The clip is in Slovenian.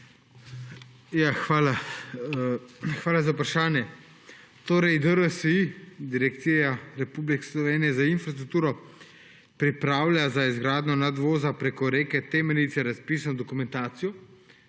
Hvala za vprašanje. DRSI, Direkcija Republike Slovenije za infrastrukturo, pripravlja za izgradnjo nadvoza preko reke Temenice razpisno dokumentacijo